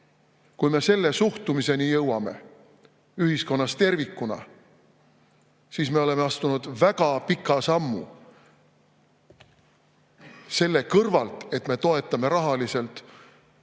Kui me selle suhtumiseni jõuame, ühiskonnas tervikuna, siis me oleme astunud väga pika sammu, selle kõrvalt, et me toetame rahaliselt